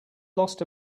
lost